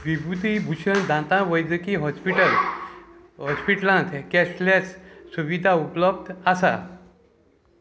विभुती भुशण दांत वैदकी हॉस्पिटल हॉस्पिटलांत कॅशलेस सुविधा उपलब्ध आसा